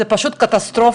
זאת פשוט קטסטרופה,